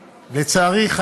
לצערי,